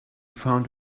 found